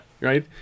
Right